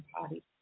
body